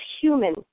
human